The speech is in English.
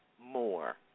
more